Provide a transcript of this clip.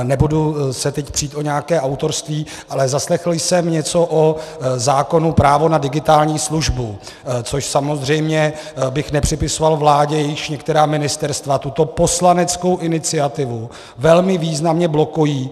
Nebudu se teď přít o nějaké autorství, ale zaslechl jsem něco o zákonu o právu na digitální službu, což samozřejmě bych nepřipisoval vládě, jejíž některá ministerstva tuto poslaneckou iniciativu velmi významně blokují.